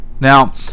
Now